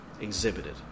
exhibited